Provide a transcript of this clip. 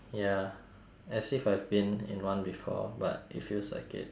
ya as if I've been in one before but it feels like it